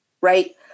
right